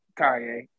Kanye